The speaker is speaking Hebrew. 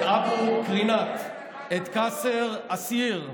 את אבו קרינאת, את קסר א-סיר,